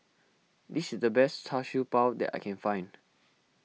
this is the best Char Siew Bao that I can find